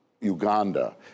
Uganda